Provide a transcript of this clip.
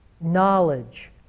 knowledge